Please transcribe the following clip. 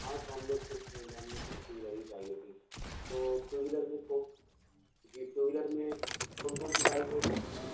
ہاں تو ہم لوگ تو اسٹوڈینٹ ہیں ہم لوگ کو تو ٹو ویلر ہی چاہیے تھی تو ٹو ویلر میں کون جی ٹو ویلر میں کون کون سی گاڑی ہوگی